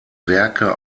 werke